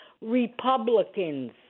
Republicans